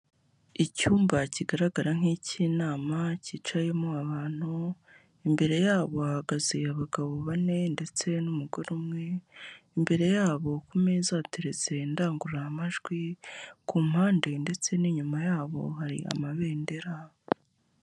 Icyumba kigaragara nk'icy'inama cyicayemo abantu, imbere yabo bahagaze abagabo bane ndetse n'umugore umwe, imbere yabo kumeza hateretse indangururamajwi ku mpande, ndetse n'inyuma yabo hari amabendera.